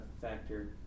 factor